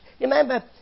Remember